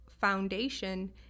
foundation